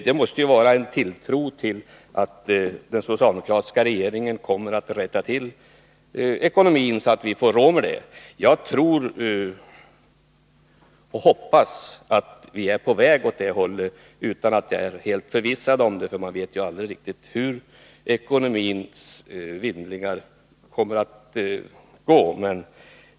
Det måste vara en tilltro till att den socialdemokratiska regeringen kommer att rätta till ekonomin, så att vi får råd med detta. Jag tror och hoppas att vi är på väg åt det hållet utan att vara helt förvissad om det, för man vet ju aldrig riktigt hur ekonomins vindlingar kommer att gå.